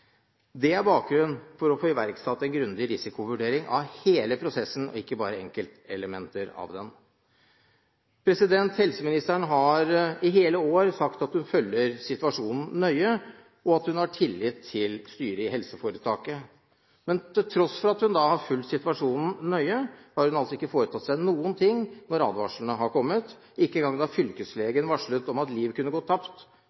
Det er bakgrunnen for ønsket om å få iverksatt en grundig risikovurdering av hele prosessen og ikke bare enkeltelementer av den. Helseministeren har i hele år sagt at hun følger situasjonen nøye, og at hun har tillit til styret i helseforetaket. Men til tross for at hun har fulgt situasjonen nøye, har hun ikke foretatt seg noen ting når advarslene har kommet. Ikke engang da fylkeslegen varslet om at liv kunne gå tapt